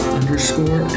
underscore